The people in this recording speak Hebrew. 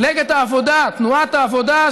תנועת העבודה,